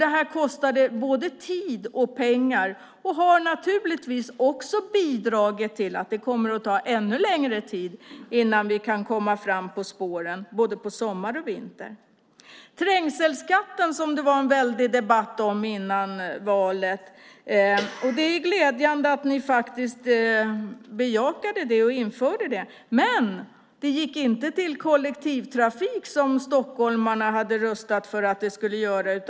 Det har kostat både tid och pengar och har naturligtvis också bidragit till att det kommer att ta ännu längre tid innan vi, både sommar och vinter, kan komma fram på spåren. Trängselskatten var det före förra valet en väldig debatt om. Det är glädjande att ni bejakade den och det införandet. Men pengarna från trängselskatten gick inte till kollektivtrafiken, vilket stockholmarna hade röstat för.